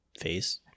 face